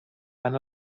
fan